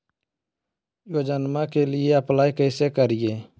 योजनामा के लिए अप्लाई कैसे करिए?